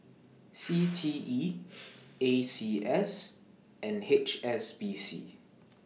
C T E A C S and H S B C